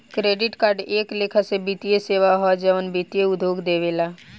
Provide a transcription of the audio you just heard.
credit card एक लेखा से वित्तीय सेवा ह जवन वित्तीय उद्योग देवेला